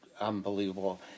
unbelievable